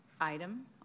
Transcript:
item